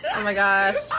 oh my gosh.